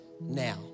now